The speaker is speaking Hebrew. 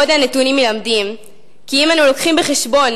עוד הנתונים מלמדים כי אם אנו מביאים בחשבון